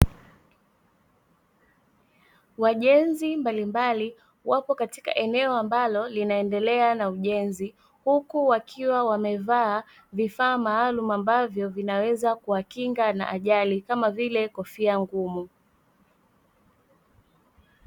Wajenzi mbalimbali wapo katika eneo ambalo linaendelea na ujenzi, huku wakiwa wamevaa vifaa maalumu ambavyo vinaweza kuwakinga na ajali kama vile kofia ngumu.